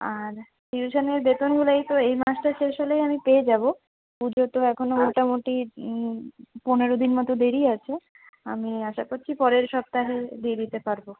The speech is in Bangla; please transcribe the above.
আর টিউশনের বেতনগুলো এই তো এই মাসটা শেষ হলেই আমি পেয়ে যাব পুজোর তো এখনো মোটামোটি পনেরোদিন মতো দেরি আছে আমি আশা করছি পরের সপ্তাহে দিয়ে দিতে পারব